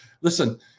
listen